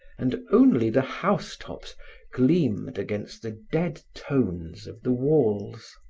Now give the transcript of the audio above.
and only the housetops gleamed against the dead tones of the walls.